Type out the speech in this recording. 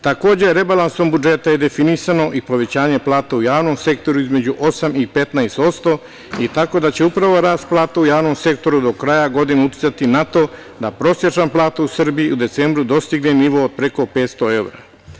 Takođe rebalansom budžeta je definisano i povećanje plata u javnom sektoru između 8 i 15%, tako da će upravo rast plata u javnom sektoru do kraja godine uticati na to da prosečna plata u Srbiji, u decembru dostigne nivo od preko 500 evra.